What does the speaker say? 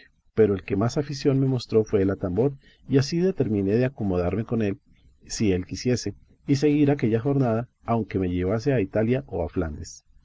pero el que más afición me mostró fue el atambor y así determiné de acomodarme con él si él quisiese y seguir aquella jornada aunque me llevase a italia o a flandes